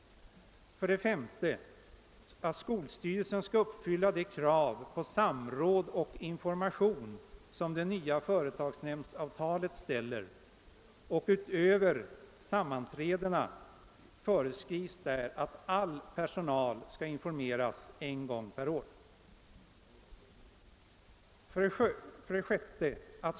3. Skolstyrelsen skall uppfylla de krav i fråga om samråd och information som det nya företagsnämndsavtalet ställer, och förutom sammanträdena föreskrivs att all personal skall informeras en gång per år. 6.